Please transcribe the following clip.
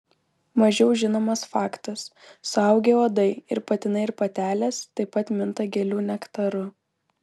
mažiau žinomas faktas suaugę uodai ir patinai ir patelės taip pat minta gėlių nektaru